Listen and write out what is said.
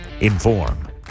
inform